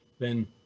then